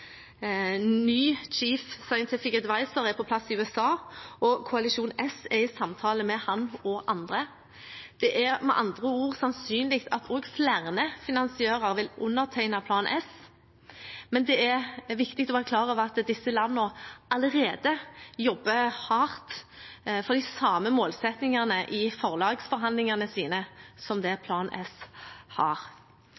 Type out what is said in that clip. Ny Chief Scientific Advisor er på plass i USA, og Koalisjon S er i samtale med ham og andre. Det er med andre ord sannsynlig at flere finansiører vil undertegne Plan S, men det er viktig å være klar over at disse landene allerede jobber hardt for de samme målsettingene i forlagsforhandlingene sine som